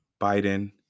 Biden